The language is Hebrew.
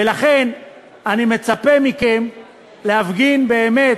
ולכן אני מצפה מכם להפגין, באמת,